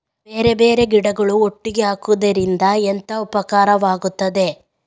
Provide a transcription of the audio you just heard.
ಬೇರೆ ಬೇರೆ ಗಿಡಗಳು ಒಟ್ಟಿಗೆ ಹಾಕುದರಿಂದ ಎಂತ ಉಪಕಾರವಾಗುತ್ತದೆ?